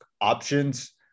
options